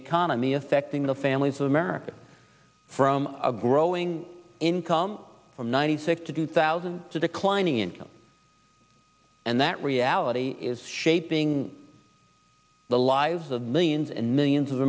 economy affecting the families of america from a growing income from ninety six to do thousand to declining income and that reality is shaping the lives of millions and millions of